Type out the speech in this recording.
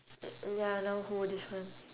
ya now who this one